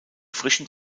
frischen